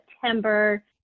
september